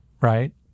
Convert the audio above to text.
right